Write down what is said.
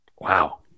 Wow